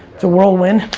it's a whirlwind.